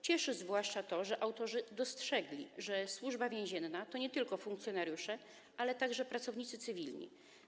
Cieszy zwłaszcza to, że autorzy dostrzegli, że Służba Więzienna to nie tylko funkcjonariusze, ale także pracownicy cywilni.